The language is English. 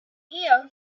here